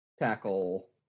tackle